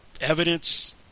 evidence